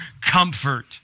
comfort